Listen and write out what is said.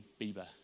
Bieber